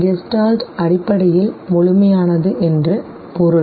Gestalt அடிப்படையில் முழுமையானது என்று பொருள்